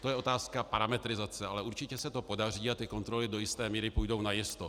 To je otázka parametrizace, ale určitě se to podaří a kontroly do jisté míry půjdou najisto.